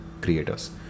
creators